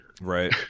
Right